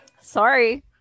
sorry